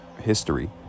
history